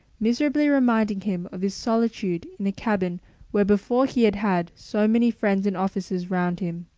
miserably reminding him of his solitude in a cabin where before he had had so many friends and officers round him,